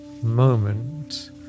moment